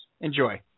Enjoy